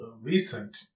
Recent